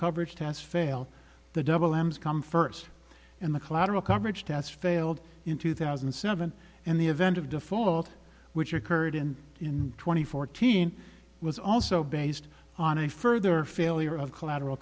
coverage has failed the double m's come first and the collateral coverage has failed in two thousand and seven and the event of default which occurred in in twenty fourteen was also based on a further failure of collateral